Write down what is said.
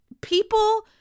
people